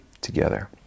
together